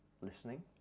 listening